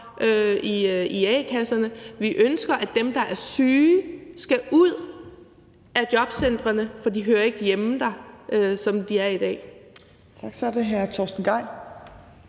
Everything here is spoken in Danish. i a-kasserne. Vi ønsker, at dem, der er syge, skal ud af jobcentrene, for de hører ikke hjemme der, sådan